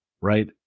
right